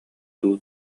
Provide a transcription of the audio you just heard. дуу